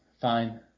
fine